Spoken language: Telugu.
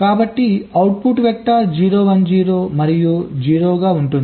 కాబట్టి అవుట్పుట్ వెక్టర్ 0 1 0 మరియు 0 గా ఉంటుంది